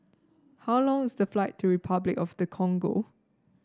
how long is the flight to Repuclic of the Congo